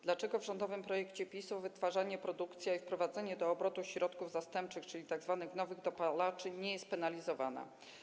Dlaczego w rządowym projekcie PiS wytwarzanie, produkcja i wprowadzanie do obrotu środków zastępczych, czyli tzw. nowych dopalaczy, nie są penalizowane?